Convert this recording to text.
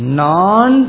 non